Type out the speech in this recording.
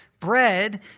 Bread